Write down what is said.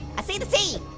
i see the c!